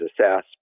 assess